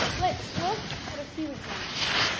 let's look at a few examples